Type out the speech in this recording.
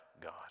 God